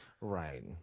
Right